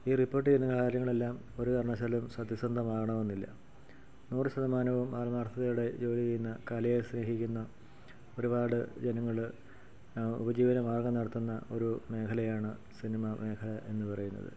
ഈ റിപ്പോർട്ട് ചെയ്യുന്ന കാര്യങ്ങളെല്ലാം ഒരു കാരണവശാലും സത്യസന്ധമാകണമെന്നില്ല നൂറ് ശതമാനവും ആത്മാർത്ഥതയോടെ ജോലി ചെയ്യുന്ന കലയെ സ്നേഹിക്കുന്ന ഒരുപാട് ജനങ്ങൾ ഉപജീവിന മാർഗ്ഗം നടത്തുന്ന ഒരു മേഘലയാണ് സിനിമ മേഘല എന്നു പറയുന്നത്